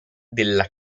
della